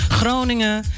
Groningen